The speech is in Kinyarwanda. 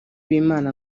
b’imana